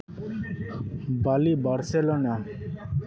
Bali Barcelona